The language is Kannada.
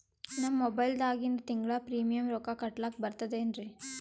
ನಮ್ಮ ಮೊಬೈಲದಾಗಿಂದ ತಿಂಗಳ ಪ್ರೀಮಿಯಂ ರೊಕ್ಕ ಕಟ್ಲಕ್ಕ ಬರ್ತದೇನ್ರಿ?